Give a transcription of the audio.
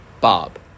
Bob